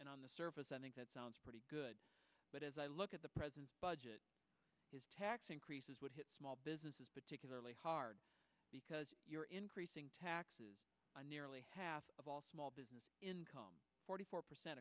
and on the surface i think that sounds pretty good but as i look at the present budget his tax increases would hit small businesses particularly hard because you're increasing taxes on nearly half of all small business forty four percent